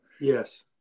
Yes